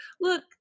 look